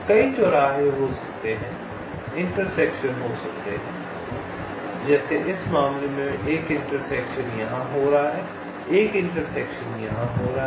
कई चौराहे हो सकते हैं जैसे इस मामले में एक चौराहा यहां हो रहा है एक चौराहा यहां हो रहा है